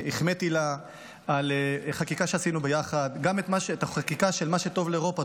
החמאתי לה על חקיקה שעשינו ביחד גם החקיקה שמה שטוב לאירופה,